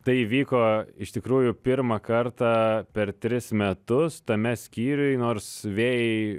tai įvyko iš tikrųjų pirmą kartą per tris metus tame skyriuj nors vėjai